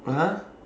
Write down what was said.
(uh huh)